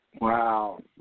Wow